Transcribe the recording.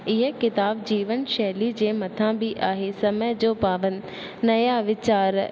इहे किताब जीवन शैली जे मथां बि आहे समय जो पाबंद नया वीचार